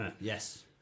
Yes